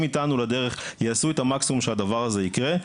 איתנו לדרך יעשו את המקסימום שהדבר הזה יקרה.